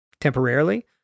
temporarily